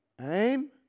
aim